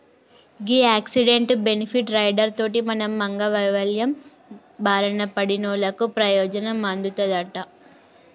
గీ accident, benefit rider తోటి మనం అంగవైవల్యం బారిన పడినోళ్ళకు పెయోజనం అందుతదంట